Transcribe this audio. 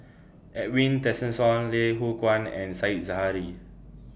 Edwin Tessensohn Loh Hoong Kwan and Said Zahari